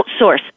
outsource